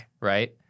right